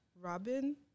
Robin